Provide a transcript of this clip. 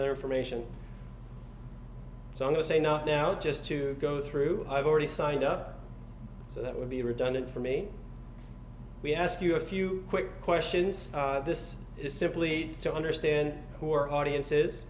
other information so to say no now just to go through i've already signed up so that would be redundant for me we ask you a few quick questions this is simply to understand who are audiences